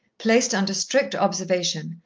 placed under strict observation,